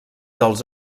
dels